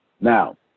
Now